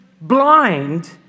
blind